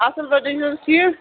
اَصٕل پٲٹھۍ تُہۍ چھُو حظ ٹھیٖک